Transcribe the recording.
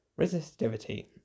Resistivity